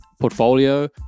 portfolio